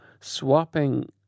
swapping